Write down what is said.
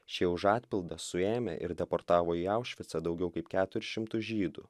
šie už atpildą suėmę ir deportavo į aušvicą daugiau kaip keturis šimtus žydų